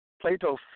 Plato